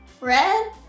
Red